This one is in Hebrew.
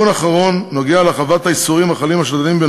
תיקון אחרון קשור להרחבת האיסורים החלים על שדלנים,